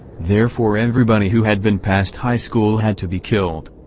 therefore everybody who had been past highschool had to be killed.